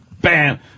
Bam